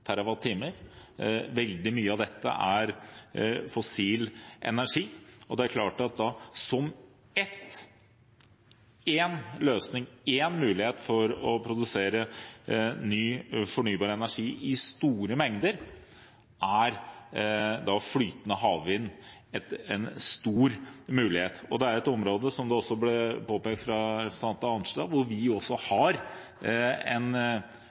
Veldig mye av dette er fossil energi, og det er klart at som én løsning for å produsere ny fornybar energi i store mengder er flytende havvind en stor mulighet. Det er, som det også ble påpekt av representanten Arnstad, et område der vi har en